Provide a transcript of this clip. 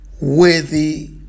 Worthy